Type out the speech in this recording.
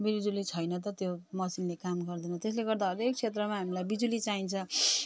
बिजुली छैन त त्यो मसिनले काम गर्दैन त्यसले गर्दा हरेक क्षेत्रमा हामीलाई बिजुली चाहिन्छ